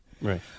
right